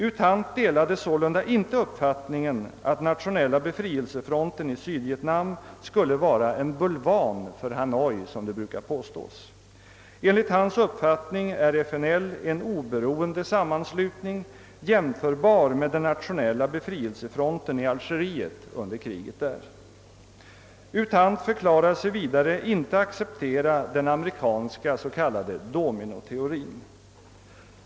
U Thant delade sålunda inte uppfattningen att FNL i Vietnam skulle vara en bulvan för Hanoi som det brukar påstås. Enligt hans uppfattning är FNL en oberoende sammanslutning, jämförbar med Nationella befrielsefronten i Algeriet under kriget där. U Thant förklarade sig vidare inte acceptera den amerikanska s.k. dominoteorien.